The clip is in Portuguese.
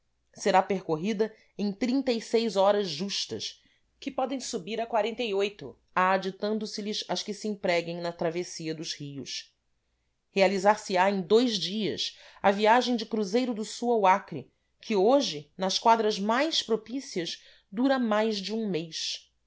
será percorrida em horas justas que podem subir a aditando se lhes as que se empreguem na travessia dos rios realizar se á em dois dias a viagem de cruzeiro do sul ao acre que hoje nas quadras mais propícias dura mais de um mês